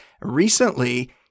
Recently